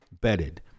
bedded